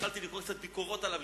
שהתחלתי לקרוא קצת ביקורות עליו,